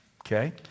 okay